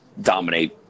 dominate